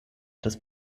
des